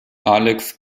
alex